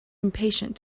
impatient